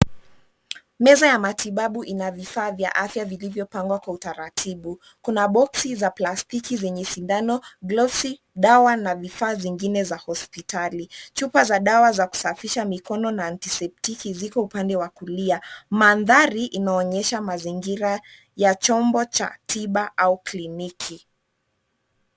Meza ya matibabu ina vifaa vya afya vilivyopangwa kwa utaratibu, kuna boksi za plastiki zenye sindano, glovsi, dawa na vifaa zingine za hospitali. Chupa za dawa za kusafisha mikono na antiseptiki ziko upande wa kulia. Mandhari inaonesha mazingira ya chombo cha tiba au kliniki.